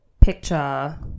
picture